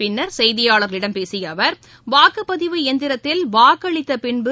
பின்னர் செய்தியாளர்களிடம் பேசியஅவர் வாக்குப்பதிவு இயந்திரத்தில் வாக்களித்தபின்பு